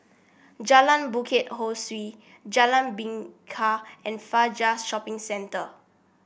Jalan Bukit Ho Swee Jalan Bingka and Fajar Shopping Centre